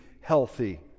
healthy